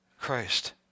Christ